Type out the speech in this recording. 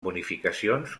bonificacions